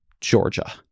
Georgia